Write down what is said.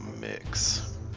mix